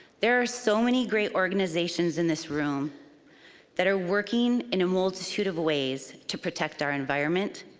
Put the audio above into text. there are so many great organizations in this room that are working in a multitude of ways to protect our environment,